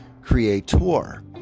creator